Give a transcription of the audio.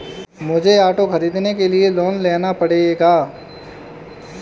मुझे ऑटो खरीदने के लिए लोन लेना पड़ेगा